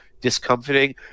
discomforting